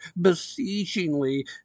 beseechingly